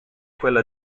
quella